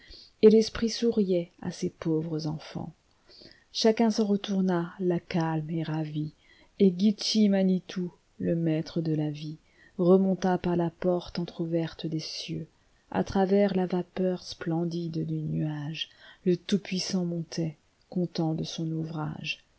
et l'esprit souriait à ses pauvres enfants i chacun s'en retourna l'âme calme et ravie et gitche manito le maître de la vie remonta par la porte entr'ouverte des cieux a travers la vapeur splendide du nuagele tout-puissant montait content de son ouvrage